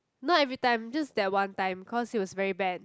not every time just that one time cause he was very bad